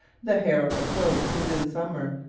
the hair of the coat is in summer,